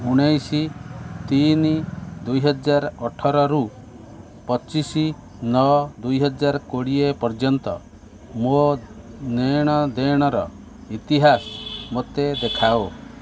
ଉଣେଇଶ ତିନି ଦୁଇହଜାର ଅଠରରୁ ପଚିଶ ନଅ ଦୁଇହଜାର କୋଡ଼ିଏ ପର୍ଯ୍ୟନ୍ତ ମୋ ନେଣଦେଣର ଇତିହାସ ମୋତେ ଦେଖାଅ